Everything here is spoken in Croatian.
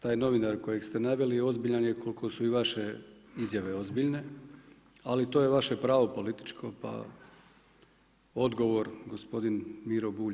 Taj novinar kojeg ste naveli, ozbiljan je koliko su vaše izjave ozbiljne, ali to je vaše pravo političko, pa, odgovor gospodin Miro Bulj.